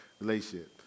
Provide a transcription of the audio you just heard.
relationship